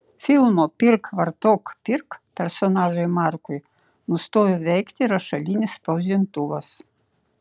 filmo pirk vartok pirk personažui markui nustojo veikti rašalinis spausdintuvas